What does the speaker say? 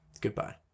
goodbye